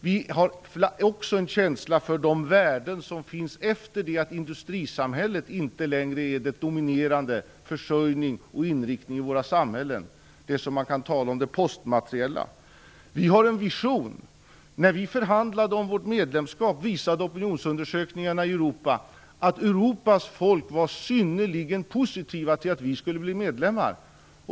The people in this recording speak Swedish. Vi har också en känsla för de värden som finns efter det att industrin inte längre dominerar försörjningen och inriktningen i våra samhällen. Man kan tala om detta som det postmateriella samhället. Vi har en vision. När vi förhandlade om vårt medlemskap visade opinionsundersökningarna i Europa, att Europas folk var synnerligen positiva till att vi skulle bli medlemmar.